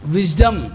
Wisdom